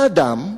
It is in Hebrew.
היה אדם,